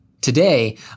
Today